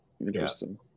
Interesting